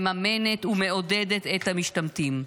מממנת ומעודדת את המשתמטים.